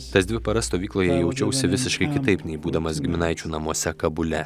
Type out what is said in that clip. tas dvi paras stovykloje jaučiausi visiškai kitaip nei būdamas giminaičių namuose kabule